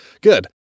Good